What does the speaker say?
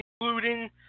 including